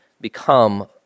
become